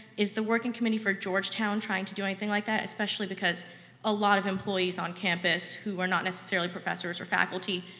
is the working committee for georgetown trying to do anything like that? especially because a lot of employees on campus who are not necessarily professors or faculty,